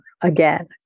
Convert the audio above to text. again